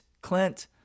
Clint